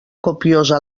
copiosa